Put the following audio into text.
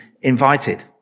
invited